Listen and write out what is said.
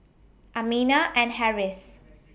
Aminah and Harris